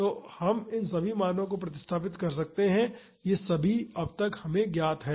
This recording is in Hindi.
तो हम इन सभी मानो को प्रतिस्थापित कर सकते हैं ये सभी अब तक हमें ज्ञात हैं